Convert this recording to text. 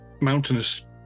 mountainous